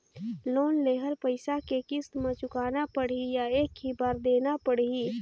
Loan लेहल पइसा के किस्त म चुकाना पढ़ही या एक ही बार देना पढ़ही?